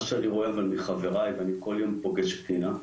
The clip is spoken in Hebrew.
מה שאני רואה ומחבריי ואני כל יום פוגש את תקווה,